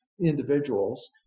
individuals